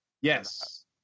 Yes